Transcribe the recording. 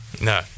No